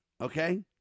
okay